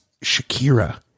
Shakira